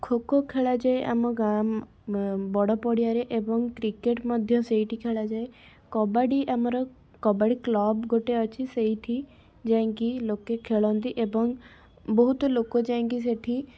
ଖୋଖୋ ଖେଳାଯାଏ ଆମ ଗାଁ ବଡ଼ ପଡ଼ିଆରେ ଏବଂ କ୍ରିକେଟ ମଧ୍ୟ ସେଇଠି ଖେଳାଯାଏ କବାଡ଼ି ଆମର କବାଡ଼ି କ୍ଲବ ଗୋଟେ ଅଛି ସେଇଠି ଯାଇକି ଲୋକେ ଖେଳନ୍ତି ଏବଂ ବହୁତ ଲୋକ ଯାଇକି ସେଇଠି